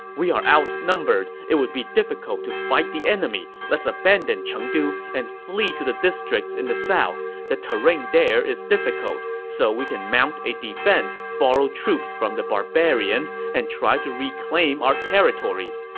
we are outnumbered. it would be difficult to fight the enemy. let's abandon chengdu and flee to the districts in the south. the terrain there is difficult, so we can mount a defense, borrow troops from the barbarians, and try to reclaim our territory.